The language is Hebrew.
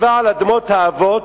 "ישיבה על אדמות האבות,